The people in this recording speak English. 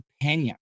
opinion